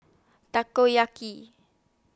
Takoyaki